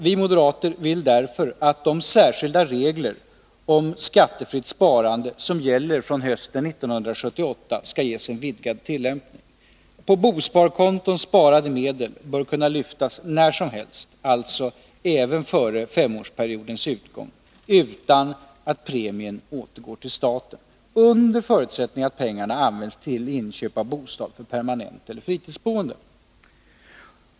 Vi moderater vill därför att de särskilda regler om skattefritt sparande som gäller från hösten 1978 skall ges en vidgad tillämpning. På bosparkonton sparade medel bör kunna lyftas när som helst, alltså även före femårsperiodens utgång, utan att ”premien” återgår till staten, under förutsättning att pengarna används till inköp av bostad för permanenteller fritidsboende.